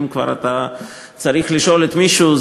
אם כבר אתה צריך לשאול את מישהו,